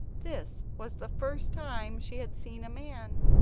this was the first time she had seen a man.